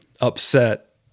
upset